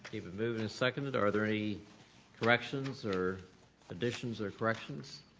been moved and seconded. are there any corrections or additions or corrections?